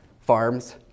farms